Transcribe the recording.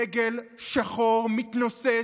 דגל שחור מתנוסס